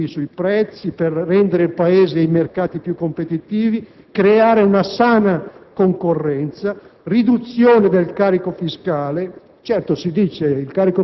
liberalizzare i mercati per creare effetti positivi sui prezzi e rendere il Paese e i mercati più competitivi, creare una sana